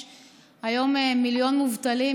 יש היום מיליון מובטלים,